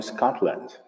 Scotland